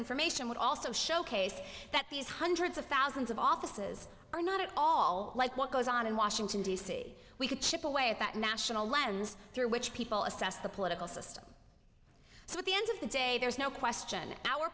information would also showcase that these hundreds of thousands of offices are not at all like what goes on in washington d c we could chip away at that national lens through which people assess the political system so at the end of the day there's no question our